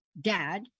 dad